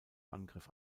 angriff